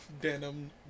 denim